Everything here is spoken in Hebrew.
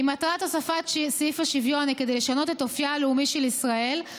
אם מטרת הוספת סעיף השוויון היא כדי לשנות את אופייה הלאומי של ישראל,